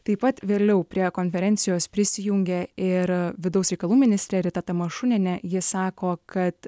taip pat vėliau prie konferencijos prisijungė ir vidaus reikalų ministrė rita tamašunienė ji sako kad